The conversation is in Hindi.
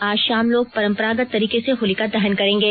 आज शाम लोग परम्परागत तरीके से होलिका दहन करेंगे